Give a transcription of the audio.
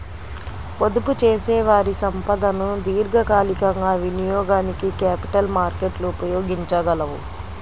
పొదుపుచేసేవారి సంపదను దీర్ఘకాలికంగా వినియోగానికి క్యాపిటల్ మార్కెట్లు ఉపయోగించగలవు